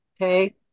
okay